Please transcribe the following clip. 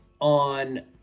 on